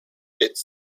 its